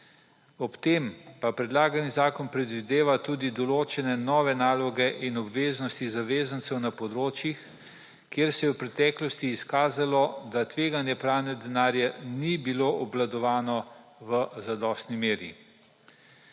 Ob tem pa predlagani zakon predvideva tudi določene nove naloge in obveznosti zavezancev na področjih, kjer se je v preteklosti izkazalo, da tveganje pranja denarja ni bilo obvladovano v zadostni meri.